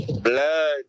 Blood